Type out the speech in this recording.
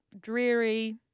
dreary